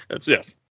Yes